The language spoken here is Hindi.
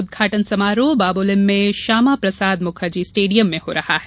उदघाटन समारोह बाबोलिम में श्यामा प्रसाद मुखर्जी स्टेडियम में हो रहा है